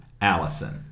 Allison